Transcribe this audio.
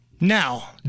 Now